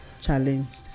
challenged